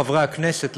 חברי הכנסת,